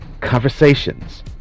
conversations